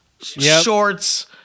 shorts